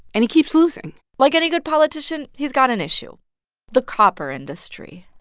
and he keeps losing like any good politician, he's got an issue the copper industry.